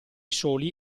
soli